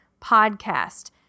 podcast